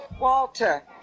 Walter